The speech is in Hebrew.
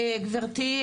גברתי,